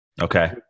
Okay